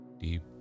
deep